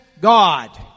God